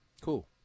cool